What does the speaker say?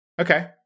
Okay